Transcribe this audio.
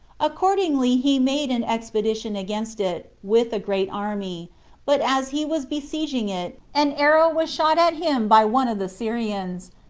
accordingly he made an expedition against it, with a great army but as he was besieging it, an arrow was shot at him by one of the syrians,